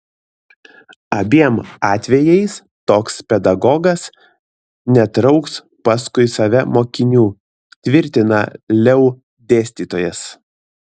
abiem atvejais toks pedagogas netrauks paskui save mokinių tvirtina leu dėstytojas